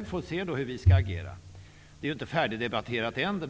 Vi får se hur vi skall agera. Den här frågan är inte färdigdebatterad än, och